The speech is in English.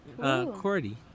Cordy